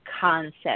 concept